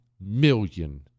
million